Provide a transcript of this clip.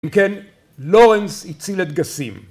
אם כן לורנס הציל את גסים